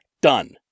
done